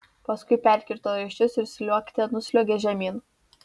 paskui perkirto raiščius ir sliuogte nusliuogė žemyn